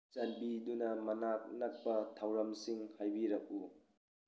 ꯆꯥꯟꯕꯤꯗꯨꯅ ꯃꯅꯥꯛ ꯅꯛꯄ ꯊꯧꯔꯝꯁꯤꯡ ꯍꯥꯏꯕꯤꯔꯛꯎ